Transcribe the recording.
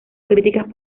críticas